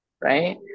Right